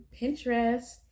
Pinterest